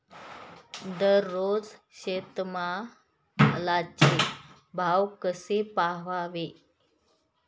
दररोज शेतमालाचे भाव कसे पहावे?